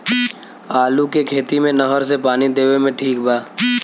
आलू के खेती मे नहर से पानी देवे मे ठीक बा?